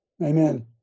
Amen